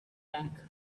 tank